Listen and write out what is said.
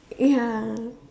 ya